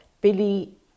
Billy